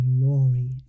glory